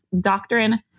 doctrine